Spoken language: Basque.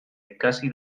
ikasi